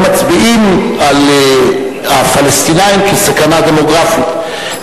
הם מצביעים על הפלסטינים כעל סכנה דמוגרפית.